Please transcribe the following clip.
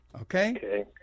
Okay